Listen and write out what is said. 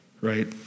right